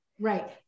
Right